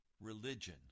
religion